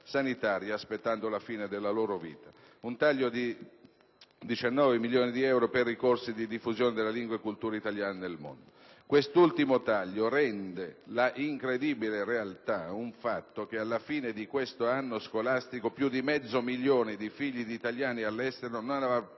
sanitaria, aspettando la fine della loro vita; un taglio di 19.500.000 euro per i corsi di diffusione della lingua e cultura italiana nel mondo. Quest'ultimo taglio mette a rischio un':incredibile realtà la prospettiva che alla fine di questo anno scolastico più di mezzo milione di figli di italiani all'estero non abbiano